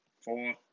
Four